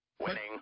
Winning